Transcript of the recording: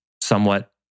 somewhat